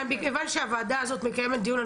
מכיוון שהוועדה הזאת מקיימת דיון על